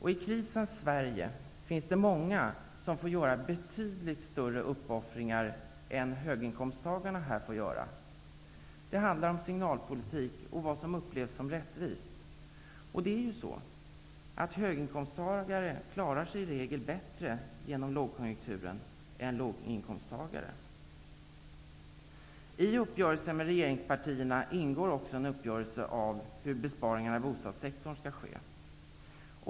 I krisens Sverige finns det många som får göra betydligt större uppoffringar än höginkomsttagarna här får göra. Det handlar om signalpolitik och vad som upplevs som rättvist. Det är ju så att höginkomsttagare i regel klarar sig bättre genom lågkonjunkturen än låginkomsttagare. I uppgörelsen med regeringspartierna ingår också en uppgörelse om hur besparingarna i bostadssektorn skall ske.